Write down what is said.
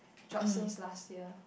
job since last year